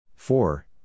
Four